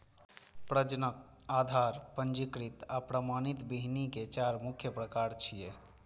प्रजनक, आधार, पंजीकृत आ प्रमाणित बीहनि के चार मुख्य प्रकार छियै